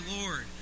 Lord